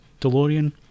DeLorean